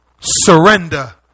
surrender